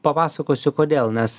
papasakosiu kodėl nes